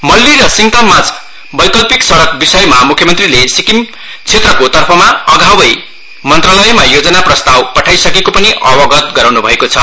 मल्ली र सिङताम माझ वैकल्पिक सड़क विषयमा म्ख्य मन्त्रीले सिक्किम क्षेत्रको तर्फमा आघावै मन्त्रालयमा योजना प्रताव पठाइसकेको पनि अवगत गराउन् भएको छ